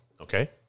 Okay